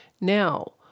now